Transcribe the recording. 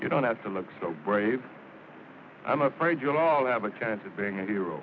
men don't have to look so brave i'm afraid you'll all have a chance of being a hero